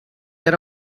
era